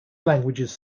languages